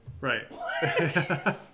Right